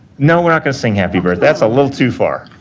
no, we're not going to sing happy birthday. that's a little too far.